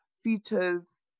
features